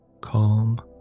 Calm